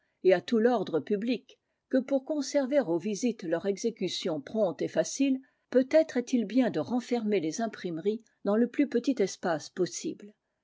et à tout l'ordre public que pour conserver aux visites leur exécution prompte et facile peut-être est-il bien de renfermer les imprimeries dans le plus petit espace possible